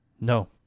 no